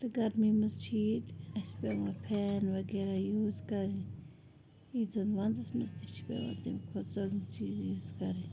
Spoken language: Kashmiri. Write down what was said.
تہٕ گَرمی منٛز چھِ ییٚتہِ اَسہِ پٮ۪وان پھین وغیرہ یوٗز کَرٕنۍ ییٚتہِ زَن وَندَس منٛز تہِ چھِ پٮ۪وان تَمہِ کھۄتہٕ ژۄگنہٕ چیٖز یوٗز کَرٕنۍ